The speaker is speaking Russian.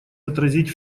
отразить